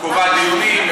קובעת דיונים,